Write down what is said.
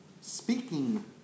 speaking